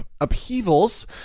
upheavals